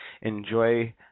enjoy